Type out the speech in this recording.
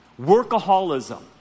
Workaholism